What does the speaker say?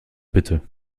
bitte